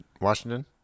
Washington